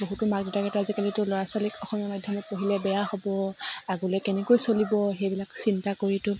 বহুতো মাক দেউতাকেতো আজিকালিতো ল'ৰা ছোৱালীক অসমীয়া মাধ্যমত পঢ়িলে বেয়া হ'ব আগলে কেনেকৈ চলিব সেইবিলাক চিন্তা কৰিতো